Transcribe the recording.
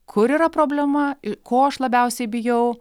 kur yra problema ko aš labiausiai bijau